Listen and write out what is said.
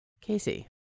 Casey